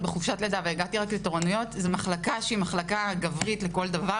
המשכתי תורנויות עד שבוע 33. תורנויות זה להתרוצץ בכל בית-החולים,